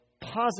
positive